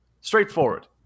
straightforward